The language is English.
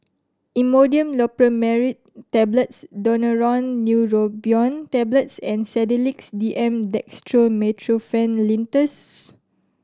Imodium Loperamide Tablets Daneuron Neurobion Tablets and Sedilix D M Dextromethorphan Linctus